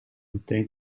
meteen